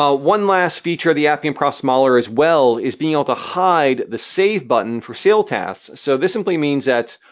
ah one last feature of the appian process modeler as well is being able to hide the save button for sale tasks. so this simply means that,